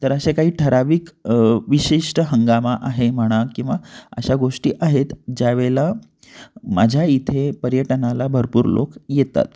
तर असे काही ठराविक विशिष्ट हंगाम आहे म्हणा किंवा अशा गोष्टी आहेत ज्यावेळेला माझ्या इथे पर्यटनाला भरपूर लोक येतात